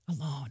alone